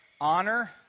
Honor